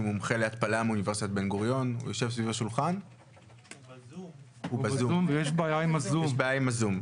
שהוא מומחה להתפלה מאוניברסיטת בן-גוריון הוא בזום ויש בעיה עם הזום.